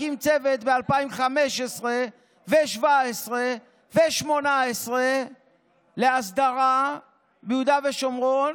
הקים צוות ב-2015 וב-2017 וב-2018 להסדרה ביהודה ושומרון,